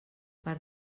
per